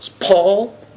Paul